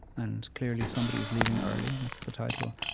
and clearly, somebody is leaving early that's the title.